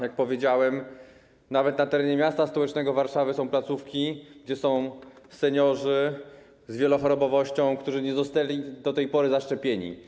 Jak powiedziałem, nawet na terenie miasta stołecznego Warszawy są placówki, gdzie seniorzy z wielochorobowością nie zostali do tej pory zaszczepieni.